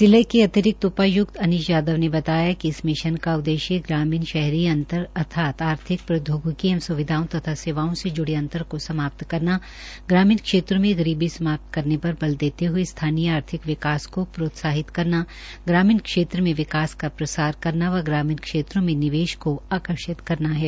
जिला के अतिरिक्त उपायुक्त अनीश यादव ने बताया कि इस मिशन का उद्देश्य ग्रामीण शहरी अंतर अर्थात आर्थिक प्रौद्योगिकीय एवं सुविधाओं तथा सेवाओं से जुड़े अंतर को समाप्त करना ग्रामीण क्षेत्रों में गरीबी समाप्त करने पर बल देते हुए स्थानीय आर्थिक विकास को प्रोत्साहित करना ग्रामीण क्षेत्र में विकास का प्रसार करना व ग्रामीण क्षेत्रों में निवेश को आकर्षित करना है